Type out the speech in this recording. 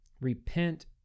Repent